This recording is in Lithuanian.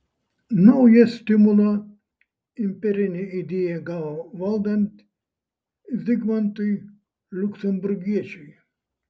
naują stimulą imperinė idėja gavo valdant zigmantui liuksemburgiečiui